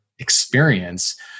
experience